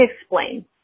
explain